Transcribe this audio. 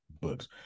books